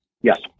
Yes